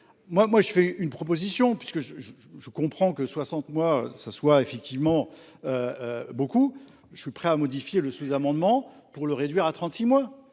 Moi, je fais une proposition, puisque je comprends que 60 mois, ça soit effectivement beaucoup, je suis prêt à modifier le sous-amendement pour le réduire à 36 mois.